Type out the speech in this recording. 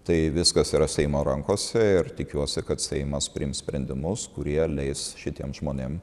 tai viskas yra seimo rankose ir tikiuosi kad seimas priims sprendimus kurie leis šitiem žmonėm